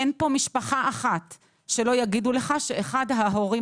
אין כאן משפחה אחת שלא תגיד לך שאחד ההורים